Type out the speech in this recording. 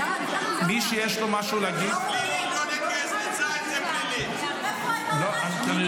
מי שיש לו משהו להגיד ------ לא, אני יודע.